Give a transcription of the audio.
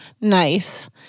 nice